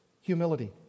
humility